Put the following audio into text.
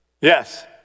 Yes